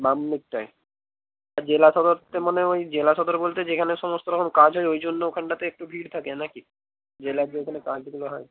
বামদিকটায় আর জেলা সদর তো মানে ওই জেলা সদর বলতে যেখানে সমস্ত রকম কাজ হয় ওই জন্য ওখানটাতে একটু ভিড় থাকে না কি জেলার যেখানে কাজগুলো হয়